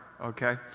okay